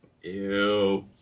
Ew